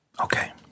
Okay